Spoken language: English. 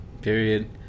period